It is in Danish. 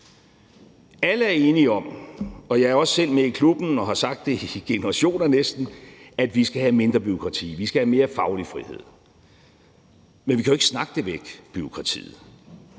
Alle er enige om, og jeg er også selv med i klubben og har sagt det i næsten generationer, at vi skal have mindre bureaukrati, vi skal have mere faglig frihed; men vi kan jo ikke snakke bureaukratiet